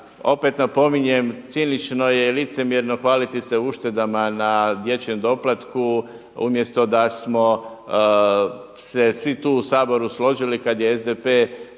Opet napominjem, cinično i licemjerno hvaliti se uštedama na dječjem doplatku umjesto da smo se svi tu u Saboru složili kada je SDP